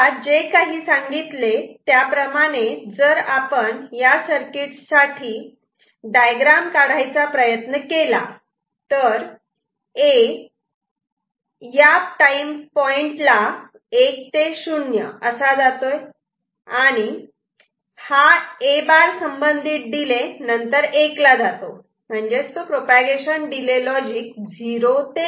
तर आता जे काही सांगितले त्याप्रमाणे जर आपण या सर्किट साठी डायग्राम काढायचा प्रयत्न केला तर हा A या टाईम पॉइंटला 1 ते 0 असा जातो आणि हा A' संबंधित डिले नंतर 1 ला जातो म्हणजेच प्रोपागेशन डिले लॉजिक 0 ते 1 आहे